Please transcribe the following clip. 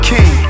King